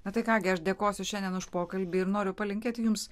na tai ką gi aš dėkosiu šiandien už pokalbį ir noriu palinkėti jums